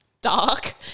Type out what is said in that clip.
dark